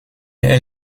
est